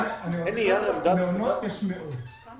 חלק